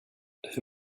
hur